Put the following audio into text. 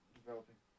developing